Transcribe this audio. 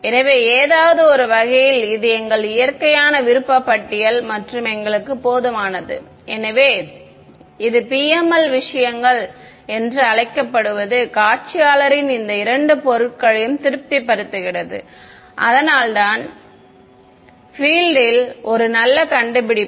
எனவே ஏதோவொரு வகையில் இது எங்கள் இயற்கையான விருப்பப் பட்டியல் மற்றும் எங்களுக்குப் போதுமானது இது PML விஷயங்கள் என்று அழைக்கப்படுவது காட்சியாளரின் இந்த இரண்டு பொருட்களையும் திருப்திப்படுத்துகிறது அதனால்தான் இது பிஎல்ட் ல் ஒரு நல்ல கண்டுபிடிப்பு